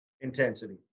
intensity